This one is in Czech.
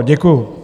Děkuju.